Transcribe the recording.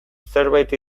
zerbait